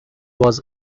was